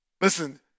Listen